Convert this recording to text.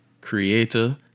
creator